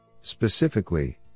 Specifically